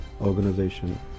organization